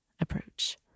approach